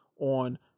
on